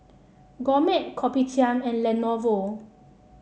Gourmet Kopitiam and Lenovo